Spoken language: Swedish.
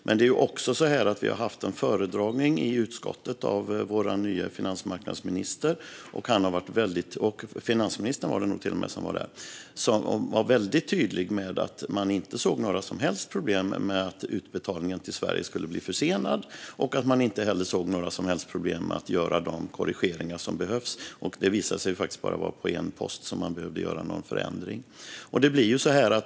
Men det är också så att utskottet har fått en föredragning av Sveriges nye finansmarknadsminister - det var nog till och med finansministern som var där - och han var väldigt tydlig med att man inte såg några som helst problem med att utbetalningen till Sverige skulle bli försenad och att man inte heller såg några som helst problem med att göra de korrigeringar som behövs. Det visade sig faktiskt bara vara på en post som man behöver göra någon förändring.